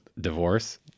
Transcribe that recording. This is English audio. Divorce